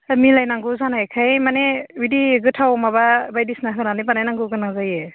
मिलायनांगौ जानायखाय माने बिदि गोथाव माबा बायदिसिना होनानै बानायनांगौ गोनां जायो